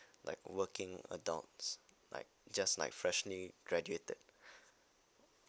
like working adults like just like freshly graduated